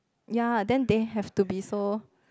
ya then they have to be so